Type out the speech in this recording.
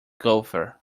golfer